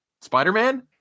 spider-man